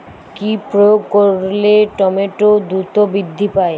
কি প্রয়োগ করলে টমেটো দ্রুত বৃদ্ধি পায়?